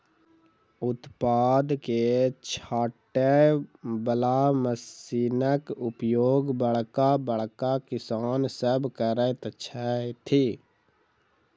उत्पाद के छाँटय बला मशीनक उपयोग बड़का बड़का किसान सभ करैत छथि